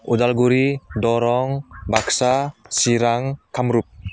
Udalguri Darrang Baksa Chirang Kamrup